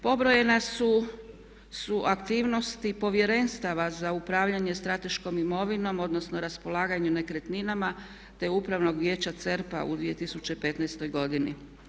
Pobrojene su aktivnosti povjerenstava za upravljanje strateškom imovinom odnosno raspolaganju nekretninama te upravnog vijeća CERP-a u 2015. godini.